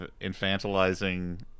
infantilizing